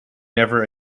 never